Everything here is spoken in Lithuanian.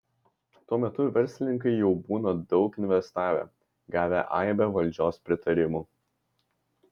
tuo metu verslininkai jau būna daug investavę gavę aibę valdžios pritarimų